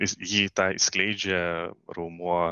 jis jį tą skleidžia raumuo